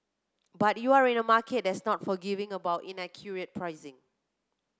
but you're in a market that's not forgiving about inaccurate pricing